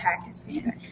Pakistan